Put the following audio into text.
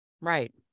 Right